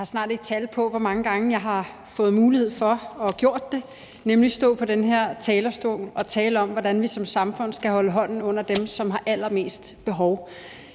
Jeg har snart ikke tal på, hvor mange gange jeg har fået mulighed for – og har gjort det – at stå på den her talerstol og tale om, hvordan vi som samfund skal holde hånden under dem, som har allermest behov